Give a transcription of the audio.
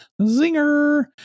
Zinger